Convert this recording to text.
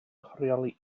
rheoli